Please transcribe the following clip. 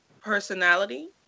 personality